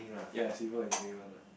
ya simple as day one lah